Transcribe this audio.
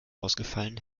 ausfallen